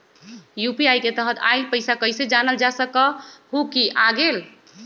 UPI के तहत आइल पैसा कईसे जानल जा सकहु की आ गेल?